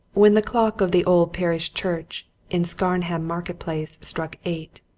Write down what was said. when the clock of the old parish church in scarnham market-place struck eight,